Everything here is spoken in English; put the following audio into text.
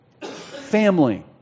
family